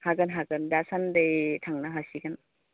हागोन हागोन दासान्दि थांनो हासिगोन